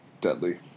deadly